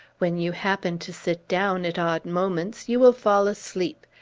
when you happen to sit down, at odd moments, you will fall asleep,